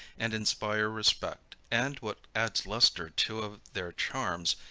and inspire respect. and, what adds lustre to of their charms,